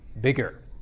bigger